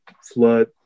flood